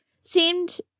seemed